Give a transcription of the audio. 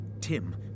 Tim